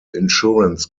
insurance